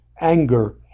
anger